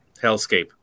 hellscape